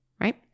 right